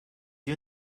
you